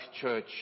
church